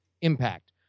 impact